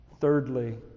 thirdly